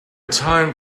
time